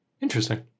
Interesting